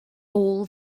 all